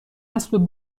اسب